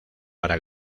para